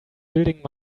building